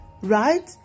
right